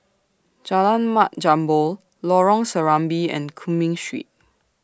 Jalan Mat Jambol Lorong Serambi and Cumming Street